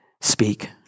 speak